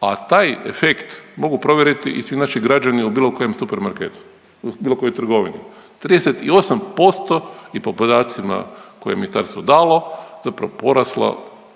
a taj efekt mogu provjeriti i svi naši građani u bilo kojem supermarketu u bilo kojoj trgovini. 38% i po podacima koje je ministarstvo dalo zapravo porasla